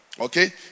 okay